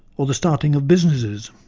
or the starting of businesses,